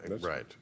right